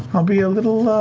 i'll be a little,